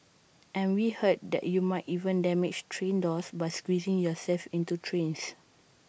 and we heard that you might even damage train doors by squeezing yourself into trains